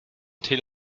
till